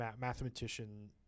mathematician